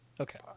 Okay